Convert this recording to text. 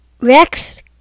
Rex